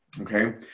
okay